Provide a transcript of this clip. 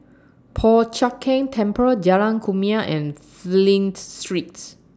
Po Chiak Keng Temple Jalan Kumia and Flint Streets